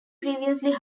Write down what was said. previously